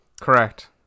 Correct